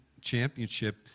championship